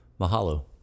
Mahalo